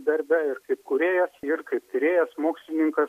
darbe ir kaip kūrėjas ir kaip tyrėjas mokslininkas